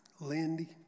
Lindy